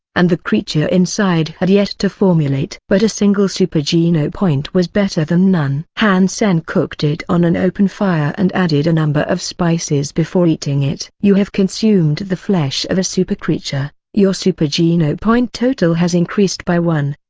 and the creature inside had yet to formulate. but a single super geno point was better than none. han sen cooked it on an open fire and added a number of spices before eating it. you have consumed the flesh of a super creature your super geno point total has increased by one.